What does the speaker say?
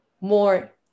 more